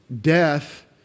death